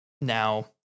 Now